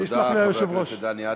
תודה, חבר הכנסת דני עטר.